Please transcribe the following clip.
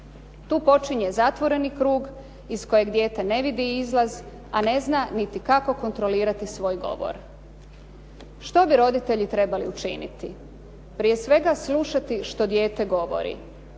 Tu počinje zatvoreni krug iz kojeg dijete ne vidi izlaz, a ne zna niti kako kontrolirati svoj govor. Što bi roditelji trebali učiniti? Prije svega slušati što dijete govori.